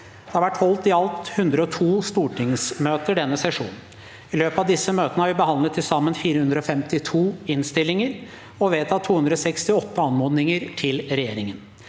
Det har vært holdt i alt 102 stortingsmøter denne sesjonen. I løpet av disse møtene har vi behandlet til sammen 452 innstillinger og vedtatt 268 anmodninger til regjeringen.